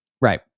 Right